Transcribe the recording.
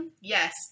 Yes